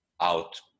out